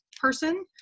person